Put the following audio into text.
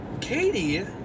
Katie